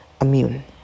immune